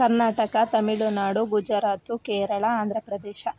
Karnataka Tamil Nadu Gujarat Kerala Andhra Pradesh